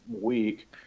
week